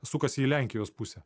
sukasi į lenkijos pusę